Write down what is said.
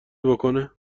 بکنه